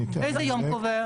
איזה יום קובע?